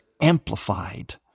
amplified